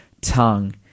tongue